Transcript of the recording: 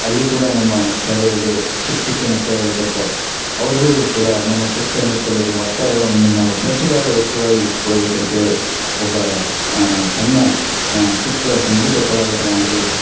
ಅಲ್ಲಿ ಕೂಡ ನಮ್ಮ ಶಾಲೆಯಲ್ಲಿ ಚಿಕ್ಕ ಚಿಕ್ಕ ಮಕ್ಕಳಲ್ಲೂ ಬರ್ತವೆ ಅವ್ರಿಗೂ ಕೂಡ ನಮ್ಮ ಸುತ್ತಮುತ್ತಲಿನ ವಾತಾವರಣವನ್ನು ನಾವು ಸ್ವಚ್ಛಕಟ್ವಾಗ್ ಇಟ್ಟುಕೊಳ್ಳಬೇಕಂತೇಳಿ ಒಬ್ಬ ಸಣ್ಣ ಚಿಕ್ಕ ಸಂಗೀತ ಕಲಾವಿದನಾಗಿ